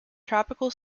tropical